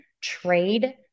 trade